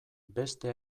beste